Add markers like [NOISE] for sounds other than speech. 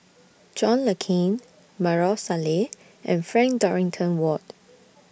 [NOISE] John Le Cain Maarof Salleh and Frank Dorrington Ward